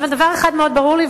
אבל דבר אחד מאוד ברור לי,